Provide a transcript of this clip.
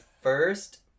first